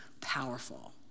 powerful